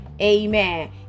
amen